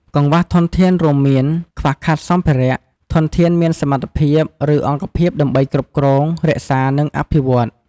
កង្វះធនធានរួមមាន ខ្វះខាតសម្ភារៈ ធនធានមានសមត្ថភាព ឬអង្គភាពដើម្បីគ្រប់គ្រង រក្សា និងអភិវឌ្ឍ។